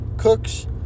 Cooks